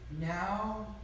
now